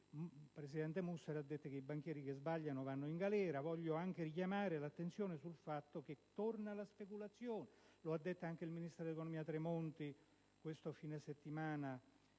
il presidente Mussari ha detto che i banchieri che sbagliano vanno in galera. Voglio anche richiamare l'attenzione sul fatto che torna la speculazione. Lo ha detto anche il ministro dell'economia Tremonti questo fine settimana